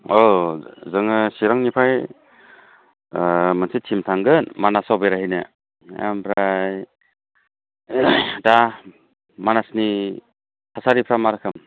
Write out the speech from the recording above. औ जोङो चिरांनिफ्राय मोनसे टिम थांगोन मानासाव बेरायहैनो ओमफ्राय दा मानासनि थासारिफोरा मा रोखोम